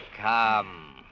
Come